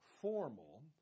formal